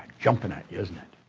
jumping at you, isn't it?